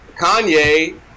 Kanye